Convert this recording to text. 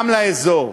גם לאזור,